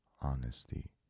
honesty